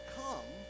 come